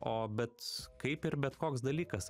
o bet kaip ir bet koks dalykas